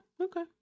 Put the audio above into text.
okay